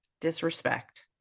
disrespect